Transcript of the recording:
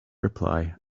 reply